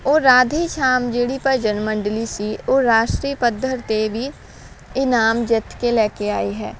ਉਹ ਰਾਧੇ ਸ਼ਾਮ ਜਿਹੜੀ ਭਜਨ ਮੰਡਲੀ ਸੀ ਉਹ ਰਾਸ਼ਟਰੀ ਪੱਧਰ 'ਤੇ ਵੀ ਇਨਾਮ ਜਿੱਤ ਕੇ ਲੈ ਕੇ ਆਈ ਹੈ